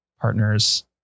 partners